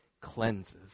cleanses